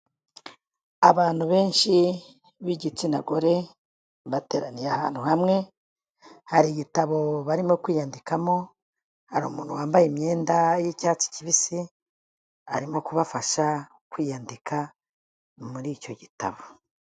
Abantu benshi b'igitsina gore bateraniye ahantu hamwe, hari igitabo barimo kwiyandikamo, hari umuntu wambaye imyenda y'icyatsi kibisi, arimo kubafasha kwiyandika muri icyo gitabo.